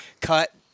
cut